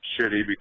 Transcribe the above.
shitty